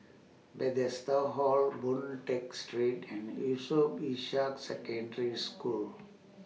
Bethesda Hall Boon Tat Street and Yusof Ishak Secondary School